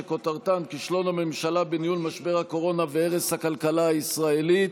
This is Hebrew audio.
שכותרתה: כישלון הממשלה בניהול משבר הקורונה והרס הכלכלה הישראלית.